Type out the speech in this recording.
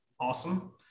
awesome